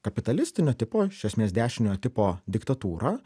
kapitalistinio tipo iš esmės dešiniojo tipo diktatūra